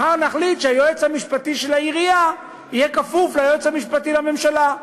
מחר נחליט שהיועץ המשפטי של העירייה יהיה כפוף ליועץ המשפטי לממשלה,